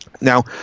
Now